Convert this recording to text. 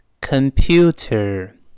computer